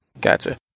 Gotcha